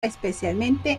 especialmente